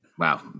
Wow